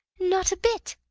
not a bit!